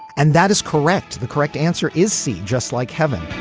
and that is correct. the correct answer is c just like heaven.